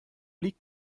liegt